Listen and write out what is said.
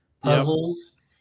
puzzles